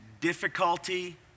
difficulty